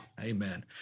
Amen